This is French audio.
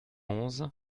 onze